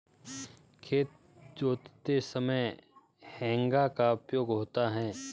खेत जोतते समय हेंगा का उपयोग होता है